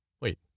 Wait